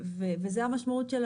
וזה המשמעות של